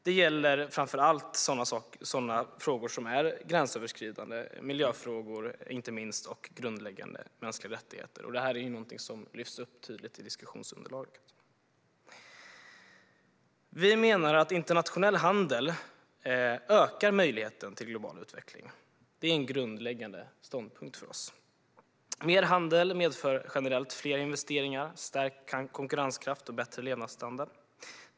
Det gäller framför allt sådana frågor som är gränsöverskridande, inte minst miljöfrågor och grundläggande mänskliga rättigheter. Detta är något som lyfts upp tydligt i diskussionsunderlaget. Vi menar att internationell handel ökar möjligheten till global utveckling. Det är en grundläggande ståndpunkt för oss. Mer handel medför generellt fler investeringar, stärkt konkurrenskraft och bättre levnadsstandard.